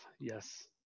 yes